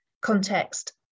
context